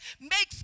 makes